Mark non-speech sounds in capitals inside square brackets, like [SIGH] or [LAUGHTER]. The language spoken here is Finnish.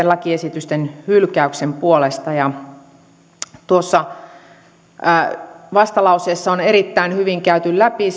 [UNINTELLIGIBLE] lakiesitysten hylkäyksen puolesta tuossa vastalauseessa on erittäin hyvin seikkaperäisesti käyty läpi [UNINTELLIGIBLE]